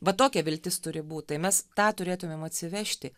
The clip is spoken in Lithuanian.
va tokia viltis turi būt tai mes tą turėtumėm atsivežti